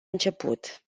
început